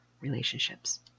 relationships